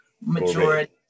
majority